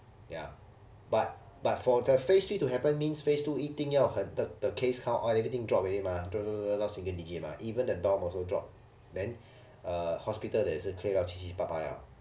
ya but but for the phase three to happen means phase two 一定要很 the the case count or everything drop already mah drop drop drop drop drop 到 single digit mah even the dorm also drop then err hospital 的也是 clear 到七七八八 liao